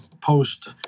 post